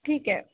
ठीक आहे